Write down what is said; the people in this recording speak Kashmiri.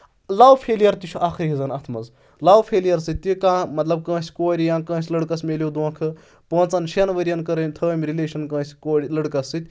لو فیلِیر تہِ چھُ اکھ ریٖزَن اَتھ منٛز لَو فیلِیر سۭتۍ تہِ کانٛہہ مطلب کٲنٛسہِ کورِ یا کٲنٛسہِ لٔڑکَس ملیو دۄنٛکھٕ پانٛژَن شیٚن ؤریَن کٔر أمۍ تھٲو أمۍ رِلیشَن کٲنٛسہِ کورِ لٔڑکَس سۭتۍ